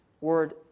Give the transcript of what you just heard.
Word